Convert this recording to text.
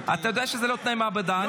אתה יודע שאלה לא תנאי מעבדה.